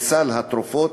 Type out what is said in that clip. את סל התרופות,